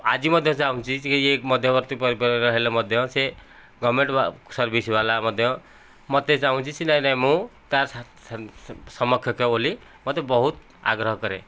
ଆଜି ମଧ୍ୟ ଚାହୁଁଛି ଯେ ଇଏ ମଧ୍ୟବର୍ତ୍ତୀ ପରିବାରର ହେଲେ ମଧ୍ୟ ସେ ଗଭର୍ଣ୍ଣମେଣ୍ଟ ସର୍ଭିସ ବାଲା ମଧ୍ୟ ମତେ ଚାହୁଁଛି ସେ ନାଇଁ ନାଇଁ ମୁଁ ତା ସମକକ୍ଷ ବୋଲି ମତେ ବହୁତ ଆଗ୍ରହ କରେ